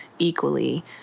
equally